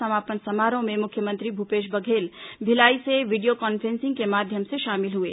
समापन समारोह में मुख्यमंत्री भूपेश बघेल भिलाई से वीडियो कॉन्फ्रेसिंग के माध्यम शामिल हुए